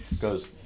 goes